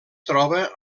troba